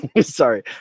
sorry